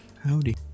Howdy